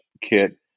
kit